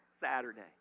Saturday